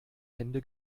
hände